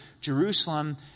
Jerusalem